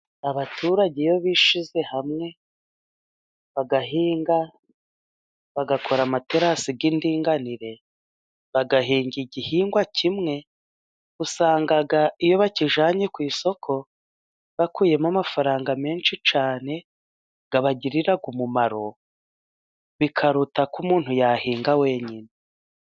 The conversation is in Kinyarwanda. Abaturage iyo bishyize hamwe bagahinga, bagakora amaterasi y'indinganire, bagahinga igihingwa kimwe, usanga iyo bakijyanye ku isoko bakuyemo amafaranga menshi cyane, abagirira umumaro bikaruta ko umuntu yahinga wenyine.